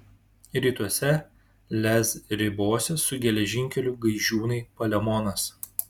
rytuose lez ribosis su geležinkeliu gaižiūnai palemonas